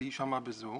להישמע ב"זום",